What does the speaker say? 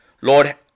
Lord